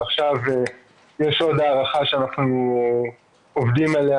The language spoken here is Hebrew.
ועכשיו יש עוד הארכה שאנחנו עובדים עליה,